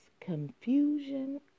confusion